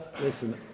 Listen